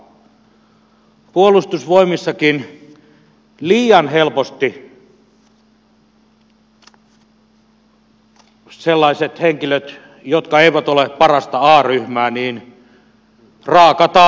puolustusvoimissakin liian helposti sellaiset henkilöt jotka eivät ole parasta a ryhmää raakataan yli